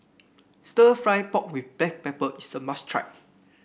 stir fry pork with Black Pepper is a must try